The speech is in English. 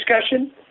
discussion